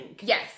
Yes